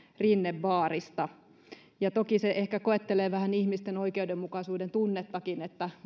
rinnebaarista toki se ehkä koettelee vähän ihmisten oikeudenmukaisuuden tunnettakin että